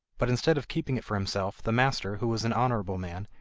but instead of keeping it for himself, the master, who was an honourable man,